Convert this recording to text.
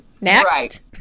next